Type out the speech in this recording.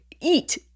eat